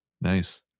Nice